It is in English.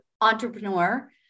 entrepreneur